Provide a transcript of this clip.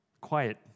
quiet